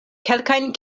kelkajn